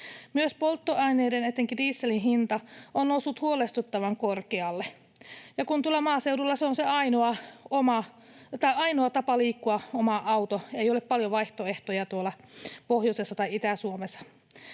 Myös polttoaineiden, etenkin dieselin, hinta on noussut huolestuttavan korkealle, ja kun tuolla maaseudulla ainoa tapa liikkua on se oma auto — ei ole paljon vaihtoehtoja tuolla pohjoisessa tai Itä-Suomessa.